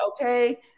okay